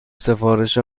سفارش